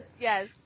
Yes